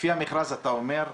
לפי המכרז אתה אומר,